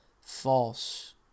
false